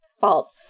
fault